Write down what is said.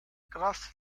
grass